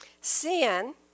sin